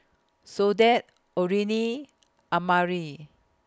Soledad Orene Amari